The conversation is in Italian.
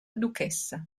duchessa